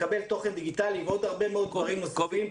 מקבל תוכן דיגיטלי ועוד הרבה מאוד דברים נוספים.